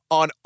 on